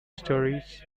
stories